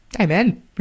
Amen